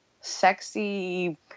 sexy